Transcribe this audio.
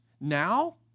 now